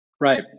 Right